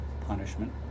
punishment